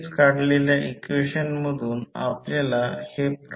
96° आहे आणि j 10 म्हणजे हे 10